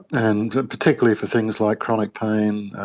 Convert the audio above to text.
and particularly for things like chronic pain,